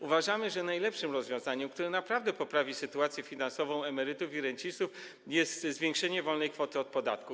Uważamy, że najlepszym rozwiązaniem, które naprawdę poprawi sytuację finansową emerytów i rencistów, jest zwiększenie kwoty wolnej od podatku.